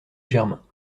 germain